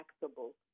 taxable